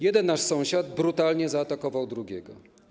Jeden nasz sąsiad brutalnie zaatakował drugiego.